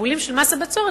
התקבולים של מס הבצורת,